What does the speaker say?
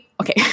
okay